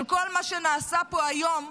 של כל מה שנעשה פה היום,